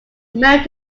married